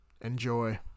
Enjoy